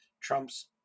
Trump's